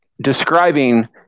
describing